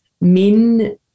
Min